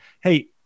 Hey